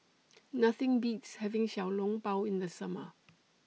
Nothing Beats having Xiao Long Bao in The Summer